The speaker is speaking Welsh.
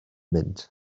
mynd